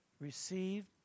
received